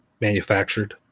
manufactured